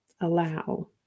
allow